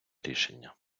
рішення